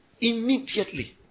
Immediately